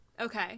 Okay